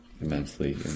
immensely